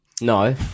No